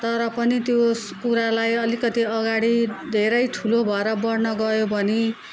तर पनि त्यो कुरालाई अलिकति अगाडि धेरै ठुलो भएर बढ्न गयो भने